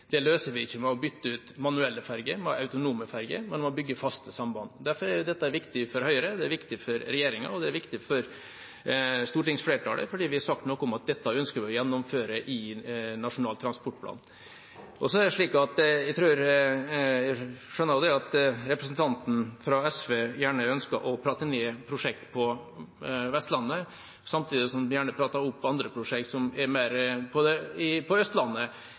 Det løser vi ikke ved å bytte ut manuelle ferjer med autonome ferjer, men ved å bygge faste samband. Derfor er dette viktig for Høyre, regjeringa og stortingsflertallet, for vi har i Nasjonal transportplan sagt at vi ønsker å gjennomføre dette. Jeg skjønner at representanten fra SV gjerne vil prate ned prosjekt på Vestlandet, samtidig som han gjerne prater opp prosjekt på Østlandet.